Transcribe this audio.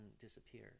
disappear